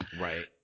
Right